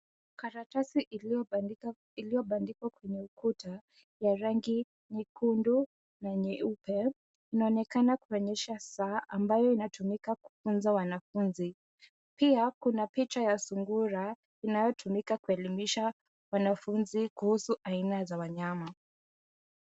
Karatasi iliyo bandikwa kwenye ukuta ya rangi nyekundu na nyeupe inaonekana kuonyesha saa ambayo inatumika kufunza wanafunzi. Pia kuna picha ya sungura inayo tumika kuelimisha wanafunzi kuhusu aina za wanyama.